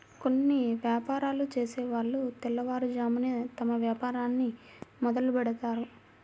కొన్ని యాపారాలు చేసేవాళ్ళు తెల్లవారుజామునే తమ వ్యాపారాన్ని మొదలుబెడ్తారు